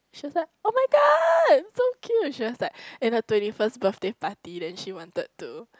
she was like [oh]-my-god so cute she was like in her twenty first birthday party then she wanted to